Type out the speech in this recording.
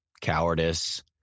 cowardice